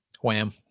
Wham